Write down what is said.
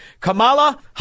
Kamala